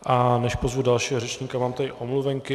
A než pozvu dalšího řečníka, mám tady omluvenky.